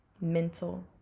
Mental